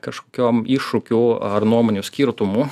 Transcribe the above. kažkokiom iššūkių ar nuomonių skirtumų